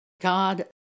God